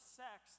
sex